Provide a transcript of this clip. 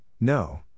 no